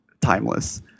timeless